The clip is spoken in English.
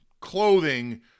clothing